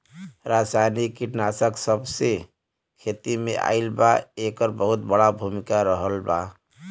रासायनिक कीटनाशक जबसे खेती में आईल बा येकर बहुत बड़ा भूमिका रहलबा